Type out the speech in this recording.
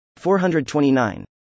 429